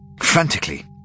Frantically